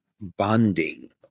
bonding